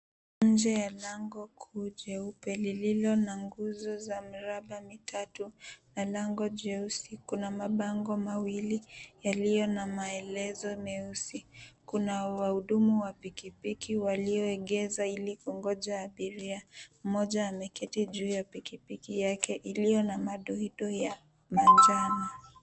Nje ya lango kuu jeupe lililona nguzo za miraba mitatu na lango jeusi, kuna mabango mawili yaliona maelekezo meusi, kuna wahudumu wa pikipiki walioegeza ilikungoja abiria. Moja ameketi kwenye pikipiki yake iliyona madoido ya manjano.